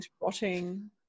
rotting